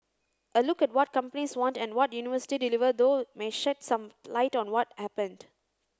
a look at what companies want and what university deliver though may shed some light on what happened